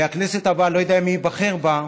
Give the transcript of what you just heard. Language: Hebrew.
והכנסת הבאה, אני לא יודע מי ייבחר אליה,